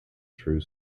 true